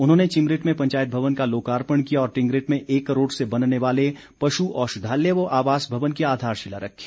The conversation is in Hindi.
उन्होंने चिमरेट में पंचायत भवन का लोकार्पण किया और टिंगरेट में एक करोड़ से बनने वाले पश् औषधालय व आवास भवन की आधारशिला रखी